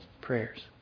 prayers